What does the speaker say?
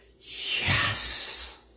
yes